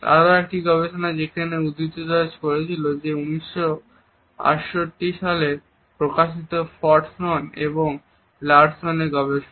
আরো একটি গবেষণা যেটি তিনি উদ্ধৃত করেছেন হল 1968 সালে প্রকাশিত ফর্টসন এবং লারসন এর গবেষণা